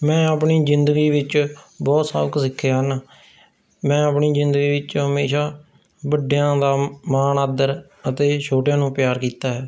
ਮੈਂ ਆਪਣੀ ਜ਼ਿੰਦਗੀ ਵਿੱਚ ਬਹੁਤ ਸਬਕ ਸਿੱਖੇ ਹਨ ਮੈਂ ਆਪਣੀ ਜ਼ਿੰਦਗੀ ਵਿੱਚ ਹਮੇਸ਼ਾ ਵੱਡਿਆਂ ਦਾ ਮਾਣ ਆਦਰ ਅਤੇ ਛੋਟਿਆਂ ਨੂੰ ਪਿਆਰ ਕੀਤਾ ਹੈ